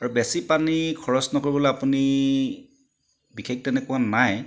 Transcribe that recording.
আৰু বেছি পানী খৰচ নকৰিবলৈ আপুনি বিশেষ তেনেকুৱা নাই